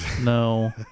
no